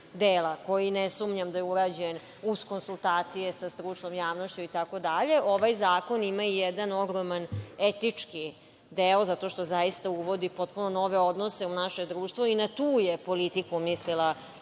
koji ne sumnjam da je urađen uz konsultacije sa stručnom javnošću itd, ovaj zakon ima jedan ogroman etički deo zato što zaista uvodi potpuno nove odnose u naše društvo i na tu je politiku mislila